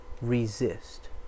resist